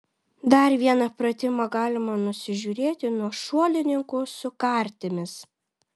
dar vieną pratimą galima nusižiūrėti nuo šuolininkų su kartimis